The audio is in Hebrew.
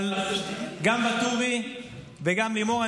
גם ואטורי וגם לימור,